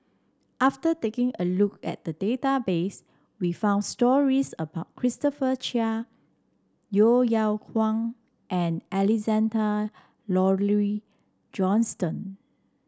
after taking a look at the database we found stories about Christopher Chia Yeo Yeow Kwang and Alexander Laurie Johnston